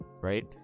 right